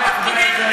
מה שעשית בכל תפקידיך.